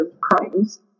crimes